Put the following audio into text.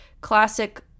classic